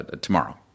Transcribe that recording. tomorrow